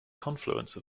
confluence